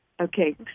Okay